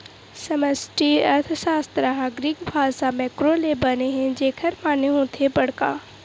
समस्टि अर्थसास्त्र ह ग्रीक भासा मेंक्रो ले बने हे जेखर माने होथे बड़का